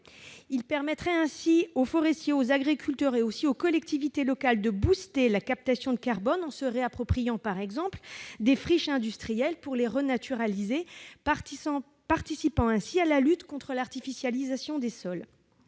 Il permettrait ainsi aux forestiers, aux agriculteurs et aux collectivités locales de dynamiser la captation du carbone, en se réappropriant, par exemple, des friches industrielles, pour les renaturaliser, et en participant ainsi à la lutte contre l'artificialisation des sols.